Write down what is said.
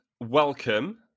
welcome